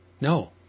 No